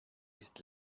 ist